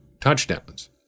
touchdowns